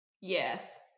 Yes